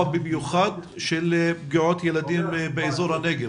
במיוחד של היפגעות ילדים באזור הנגב.